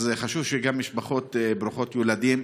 אז זה חשוב גם למשפחות ברוכות ילדים,